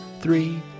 three